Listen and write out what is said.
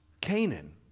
Canaan